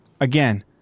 again